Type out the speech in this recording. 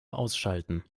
ausschalten